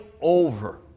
over